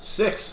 six